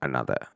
another